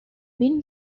been